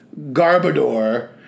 Garbodor